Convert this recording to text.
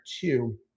two